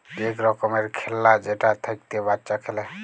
ইক রকমের খেল্লা যেটা থ্যাইকে বাচ্চা খেলে